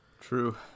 True